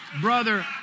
brother